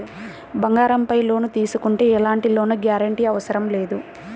బంగారంపై లోను తీసుకుంటే ఎలాంటి లోను గ్యారంటీ అవసరం లేదు